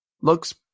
looks